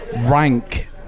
rank